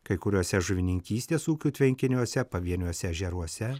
kai kuriuose žuvininkystės ūkių tvenkiniuose pavieniuose ežeruose